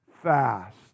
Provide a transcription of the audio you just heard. Fast